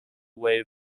wave